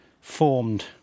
formed